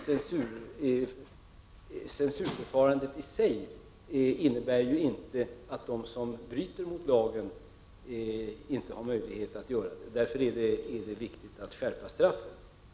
Censurförfarandet i sig innebär inte att de som nu bryter mot lagen inte får möjlighet att göra det. Därför är det viktigt att skärpa straffen.